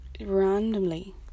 randomly